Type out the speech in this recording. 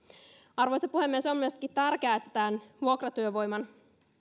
arvoisa puhemies on myöskin tärkeää että tämän vuokratyövoiman